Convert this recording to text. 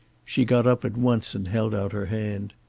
she got up at once and held out her hand.